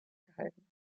gehalten